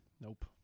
nope